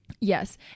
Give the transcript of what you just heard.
yes